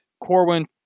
corwin